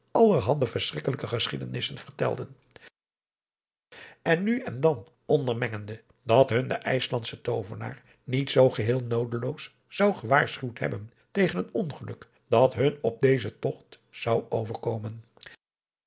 allerhande verschrikkelijke geschiedenissen vertelden er nu en dan onder mengende dat hun de ijslandsche toovenaar niet zoo geheel noodeloos zou gewaarschuwd hebben tegen een ongeluk dat hun op dezen togt zou overkomen